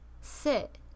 sit